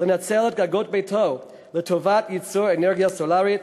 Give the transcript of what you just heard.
לנצל את גג ביתו לטובת ייצור אנרגיה סולרית,